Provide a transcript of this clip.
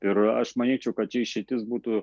ir aš manyčiau kad čia išeitis būtų